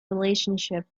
relationship